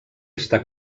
està